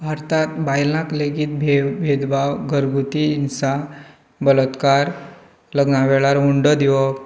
भारतांत बायलांक लेगीत भेद भेदभाव घरगुती हिंसा बलत्कार लग्ना वेळार हुंडो दिवप